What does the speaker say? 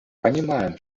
понимаем